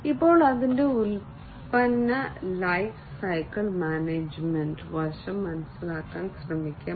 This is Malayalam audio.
ഇപ്പോൾ അതിന്റെ ഉൽപ്പന്ന ലൈഫ് സൈക്കിൾ മാനേജ്മെന്റ് വശം മനസ്സിലാക്കാൻ ശ്രമിക്കാം